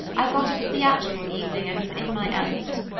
i got up a theatrical evening and was in my element.